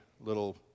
little